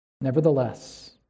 Nevertheless